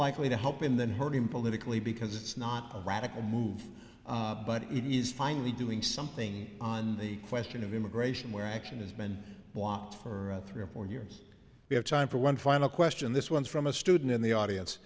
likely to help in than hurt him politically because it's not a radical move but it is finally doing something on the question of immigration where action has been blocked for three or four years we have time for one final question this one from a student in the audience